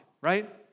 right